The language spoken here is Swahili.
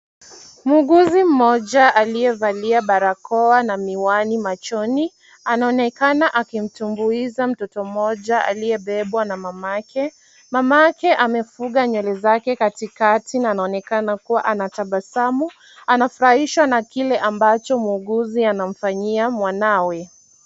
Muuguzi mmoja aliyevalia barakoa na miwani machoni anaonekana akimtumbuiza mtoto mmoja aliyebebwa na mamake. Mamake amefuga nywele zake katikati na anaonekana kuwa anatabasamu. Anafurahishwa na kile ambacho muuguzi anamfanyia mwanawe.